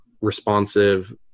responsive